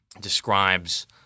Describes